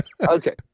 Okay